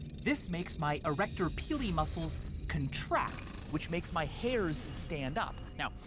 this makes my arrector pili muscles contract, which makes my hairs stand up. now,